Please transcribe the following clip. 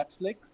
Netflix